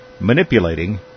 manipulating